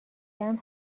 جمع